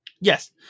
Yes